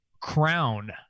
crown